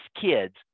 kids